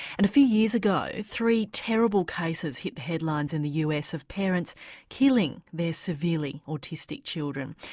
and a few years ago three terrible cases hit the headlines in the us of parents killing their severely autistic children.